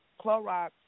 Clorox